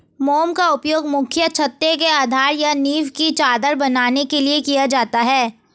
मोम का उपयोग मुख्यतः छत्ते के आधार या नीव की चादर बनाने के लिए किया जाता है